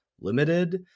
limited